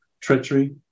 treachery